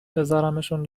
بزارمشون